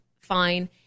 Fine